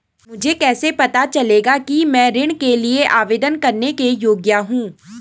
मुझे कैसे पता चलेगा कि मैं ऋण के लिए आवेदन करने के योग्य हूँ?